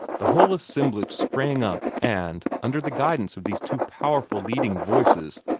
the whole assemblage sprang up, and, under the guidance of these two powerful leading voices,